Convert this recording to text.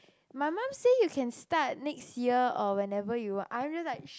my mum say you can start next year or whenever you want I'm just like